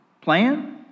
plan